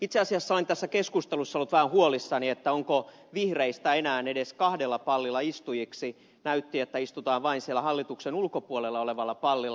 itse asiassa olen tässä keskustelussa ollut vähän huolissani onko vihreistä enää edes kahdella pallilla istujiksi näytti että istutaan vain siellä hallituksen ulkopuolella olevalla pallilla